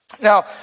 Now